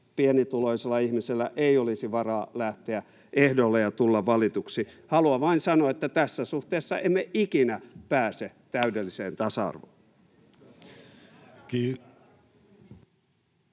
pienituloisella ihmisellä ei olisi varaa lähteä ehdolle ja tulla valituksi. Haluan vain sanoa, että tässä suhteessa emme ikinä pääse täydelliseen tasa-arvoon. [Mika